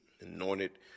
anointed